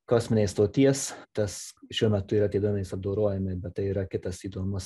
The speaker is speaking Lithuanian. kosminės stoties tas šiuo metu yra tie duomenys apdorojami bet tai yra kitas įdomus